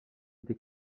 été